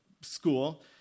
school